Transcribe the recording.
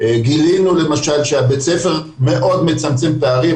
גילינו למשל שבית הספר מאוד מצמצם פערים,